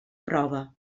prova